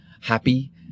happy